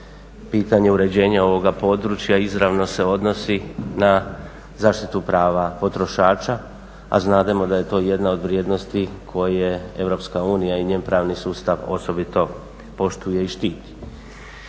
pitanje uređenja ovoga područja izravno se odnosi na zaštitu prava potrošača a znademo da je to jedna od vrijednosti koje Europska unija i njen pravni sustav osobito poštuje i štiti.